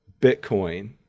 Bitcoin